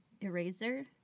Eraser